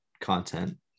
content